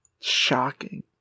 Shocking